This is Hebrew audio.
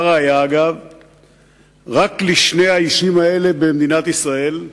הא ראיה, רק לשני האישים האלה במדינת ישראל,